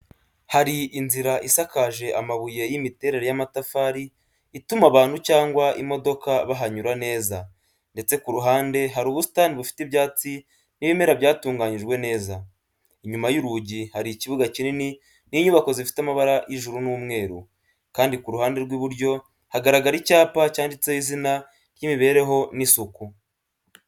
Hari inzira isakaje amabuye y’imiterere y'amatafari, ituma abantu cyangwa imodoka bahanyura neza, ndetse ku ruhande hari ubusitani bufite ibyatsi n’ibimera byatunganyijwe neza. Inyuma y’urugi, hari ikibuga kinini n’inyubako zifite amabara y’ijuru n’umweru, kandi ku ruhande rw’iburyo hagaragara icyapa cyanditseho izina ry'imibereho n’isuku.